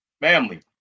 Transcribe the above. Family